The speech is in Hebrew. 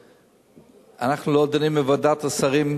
שאנחנו לא דנים בוועדת השרים,